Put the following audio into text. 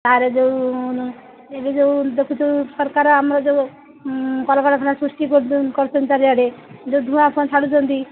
ତା'ର ଯୋଉ ଏବେ ଯୋଉ ଦେଖୁଛୁ ସରକାର ଆମର ଯୋଉ କଳକାରଖାନା ସୃଷ୍ଟି କରୁଛନ୍ତି ଚାରିଆଡ଼େ ଯୋଉ ଧୂଆଁ ଆପଣ ଛାଡ଼ୁଛନ୍ତି